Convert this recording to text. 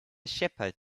shepherd